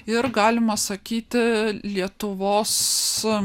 ir galima sakyti lietuvos